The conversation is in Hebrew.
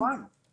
כמובן, כמובן.